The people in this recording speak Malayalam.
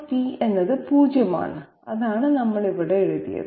p എന്നത് 0 ആണ് അതാണ് നമ്മൾ ഇവിടെ എഴുതിയത്